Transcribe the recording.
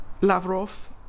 Lavrov